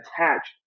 attach